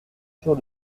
sur